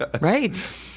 Right